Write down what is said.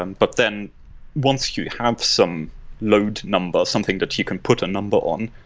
um but then once you have some load number or something that you can put a number on,